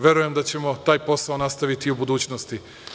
Verujem da ćemo taj posao nastaviti i u budućnosti.